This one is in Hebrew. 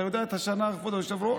אתה יודע את השנה, כבוד היושב-ראש?